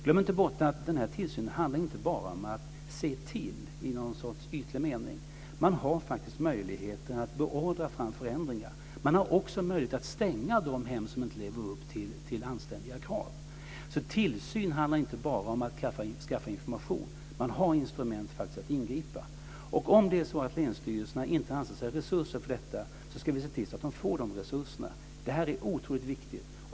Glöm inte bort att denna tillsyn inte bara handlar om att se till i någon sorts ytlig mening. Man har faktiskt möjligheten att beordra fram förändringar. Man har också möjlighet att stänga de hem som inte lever upp till anständiga krav. Tillsyn handlar inte bara om att skaffa information. Man har faktiskt instrument för att ingripa. Om det är så att länsstyrelserna inte anser sig ha resurser för detta ska vi se till att de får de resurserna. Det här är otroligt viktigt.